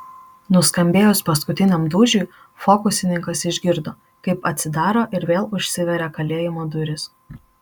nuskambėjus paskutiniam dūžiui fokusininkas išgirdo kaip atsidaro ir vėl užsiveria kalėjimo durys